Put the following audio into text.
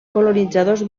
colonitzadors